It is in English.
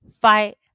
fight